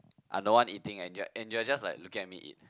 I'm the one eating and you are and you're just like looking at me eat